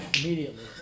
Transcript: immediately